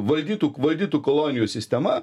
valdytų valdytų kolonijų sistema